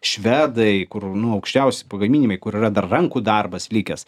švedai kur nu aukščiausi pagaminimai kur yra dar rankų darbas likęs